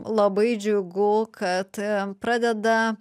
labai džiugu kad pradeda